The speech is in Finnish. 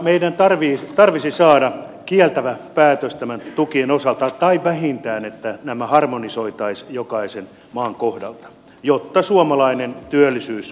meidän tarvitsisi saada kieltävä päätös näiden tukien osalta tai vähintään että nämä harmonisoitaisiin jokaisen maan kohdalta jotta suomalainen työllisyys voitaisiin turvata